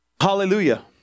Hallelujah